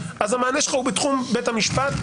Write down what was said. אז המענה שלך הוא בתחום בית המשפט,